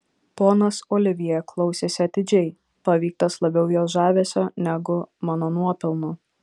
ponas olivjė klausėsi atidžiai paveiktas labiau jos žavesio negu mano nuopelnų